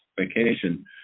vacation